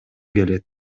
келет